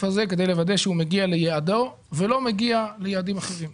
כדי לוודא שהוא מגיע ליעדו ולא מגיע ליעדים אחרים.